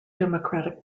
democratic